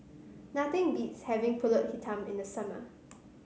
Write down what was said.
nothing beats having pulut Hitam in the summer